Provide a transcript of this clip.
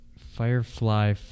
Firefly